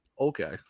okay